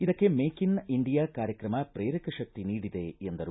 ಇದಕ್ಕೆ make in India ಕಾರ್ಯಕ್ರಮ ಶ್ರೇರಕ ಶಕ್ತಿ ನೀಡಿದೆ ಎಂದರು